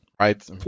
right